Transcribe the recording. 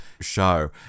show